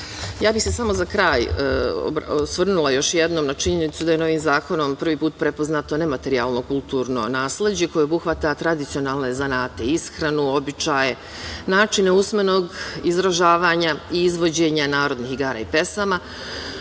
kraj bih se samo osvrnula još jednom na činjenicu da je novim zakonom prvi put prepoznato nematerijalno kulturno nasleđe koje obuhvata tradicionalne zanate, ishranu, običaje, načine usmenog izražavanja i izvođenja narodnih igara i pesama,